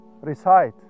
Recite